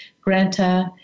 Granta